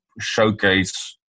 showcase